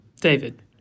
David